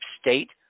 state